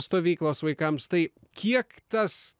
stovyklos vaikams tai kiek tas